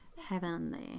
heavenly